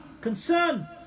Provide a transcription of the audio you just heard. concern